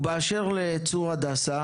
ובאשר לצור הדסה